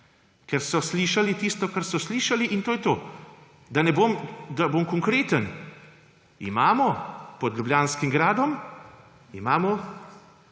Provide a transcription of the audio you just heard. ker so slišali tisto, kar so slišali, in to je to. Da bom konkreten. Imamo pod Ljubljanskim gradom